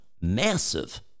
massive